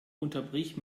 unterbrich